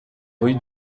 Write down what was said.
rue